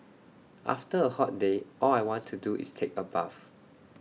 after A hot day all I want to do is take A bath